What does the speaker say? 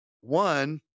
One